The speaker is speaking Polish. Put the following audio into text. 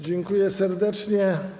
Dziękuję serdecznie.